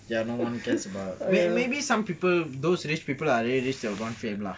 ya no one cares about wait maybe some people those rich people are already rich they don't want fame ah